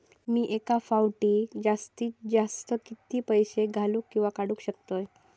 मी एका फाउटी जास्तीत जास्त कितके पैसे घालूक किवा काडूक शकतय?